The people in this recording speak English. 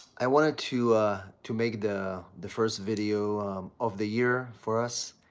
i wanted to to make the the first video of the year for us